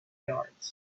yards